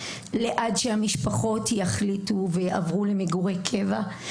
עד שהמשפחות יעברו למגורי קבע.